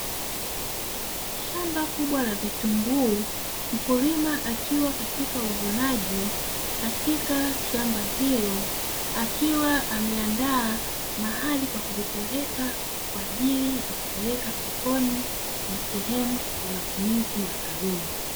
Shamba kubwa la vitunguu, mkulima akiwa katika uvunaji katika shamba hilo akiwa ameandaa mahali pa kuvipeleka kwa ajili ya kupeleka sokoni na sehemu ya matumizi maalumu.